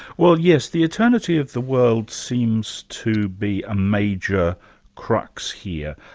well, yes, the eternity of the world seems to be a major crux here.